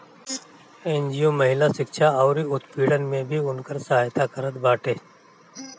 NGO महिला शिक्षा अउरी उत्पीड़न में भी उनकर सहायता करत बाटे